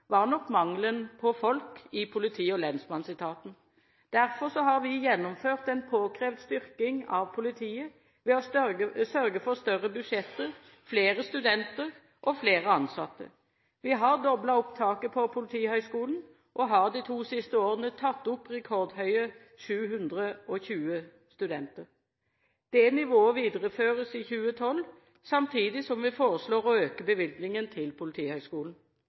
var nok mangelen på folk i politi- og lensmannsetaten. Derfor har vi gjennomført en påkrevd styrking av politiet ved å sørge for større budsjetter, flere studenter og flere ansatte. Vi har doblet opptaket ved Politihøgskolen og har de to siste årene tatt opp det rekordhøye antallet 720 studenter. Det nivået videreføres i 2012, samtidig som vi foreslår å øke bevilgningen til Politihøgskolen.